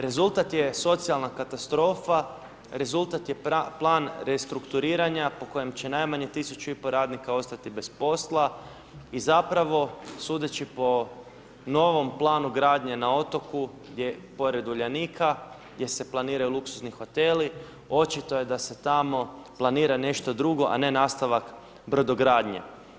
Rezultat je socijalna katastrofa, rezultat je plan restrukturiranja po kojem će najmanje tisuću i pol radnika ostati bez posla i zapravo sudeći po novom planu gradnje na otoku pored Uljanika gdje se planiraju luksuzni hoteli, očito je da se tamo planira nešto drugo, a ne nastavak brodogradnje.